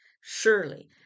Surely